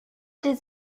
does